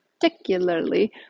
particularly